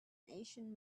asian